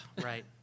Right